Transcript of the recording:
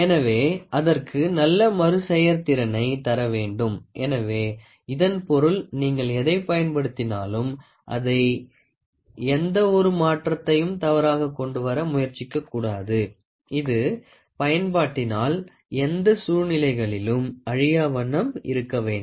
எனவே அதற்கு நல்ல மறுசெயற்திறனை தர வேண்டும் எனவே இதன் பொருள் நீங்கள் எதைப் பயன்படுத்தினாலும் அதைச் எந்தவொரு மாற்றத்தையும் தவறாக கொண்டு வர முயற்சிக்கக்கூடாது இது பயன்பாட்டினால் எந்த சூழ்நிலைகளிலும் அழியாவண்ணம் இருக்க வேண்டும்